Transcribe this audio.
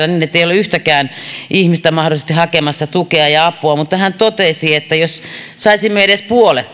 ettei ole yhtäkään ihmistä mahdollisesti hakemassa tukea ja apua mutta hän totesi että jos saisimme edes puolet